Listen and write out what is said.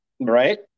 Right